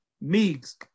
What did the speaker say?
Meeks